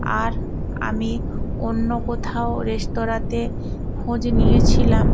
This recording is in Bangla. আর আমি অন্য কোথাও রেস্তোরাঁতে খোঁজ নিয়েছিলাম